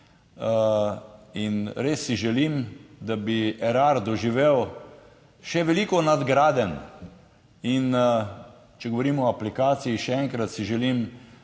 In res si želim, da bi Erar doživel še veliko nadgradenj. In, če govorimo o aplikaciji še enkrat, si želim,